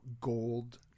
gold